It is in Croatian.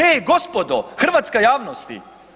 Ej, gospodo, hrvatska javnosti.